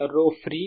Dfree E DK0E K0 0